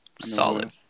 Solid